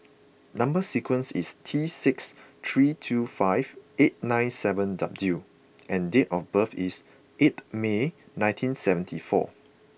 number sequence is T six three two five eight nine seven W and date of birth is eighth May nineteen seventy four